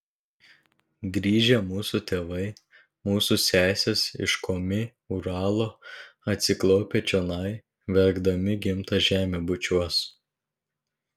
grįžę mūsų tėvai mūsų sesės iš komi uralo atsiklaupę čionai verkdami gimtą žemę bučiuos